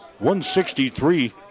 163